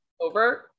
over